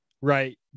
right